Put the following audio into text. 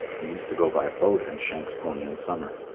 and used to go by boat and shanks' pony in summer.